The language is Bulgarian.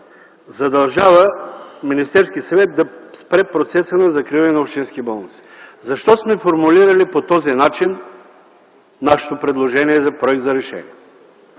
задължава Министерския съвет да спре процеса на закриване на общински болници. Защо сме формулирали по този начин нашето предложение за проект за решение?